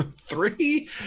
Three